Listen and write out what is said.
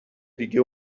دیگه